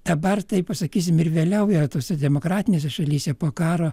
dabar tai pasakysim ir vėliau yra tose demokratinėse šalyse po karo